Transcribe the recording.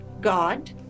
God